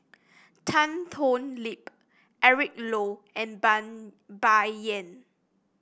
Tan Thoon Lip Eric Low and Ban Bai Yan